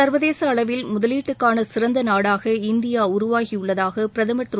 சர்வதேச அளவில் முதலீட்டுக்கான சிறந்த நாடாக இந்தியா உருவாகியுள்ளதாக பிரதமர் திரு